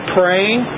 praying